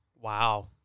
Wow